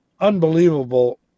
unbelievable